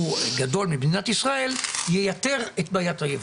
גדול ממדינת ישראל ייתר את בעיית הייבוא.